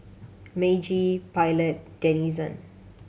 Meiji Pilot Denizen